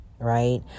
right